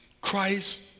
Christ